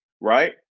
right